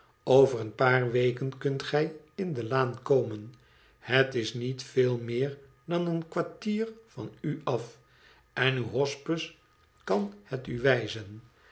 over een paar weken kunt gij in de laan komen het is niet veel meer dan een kwartier van u af en uw hospes kan het u wijzen